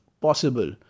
possible